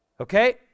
Okay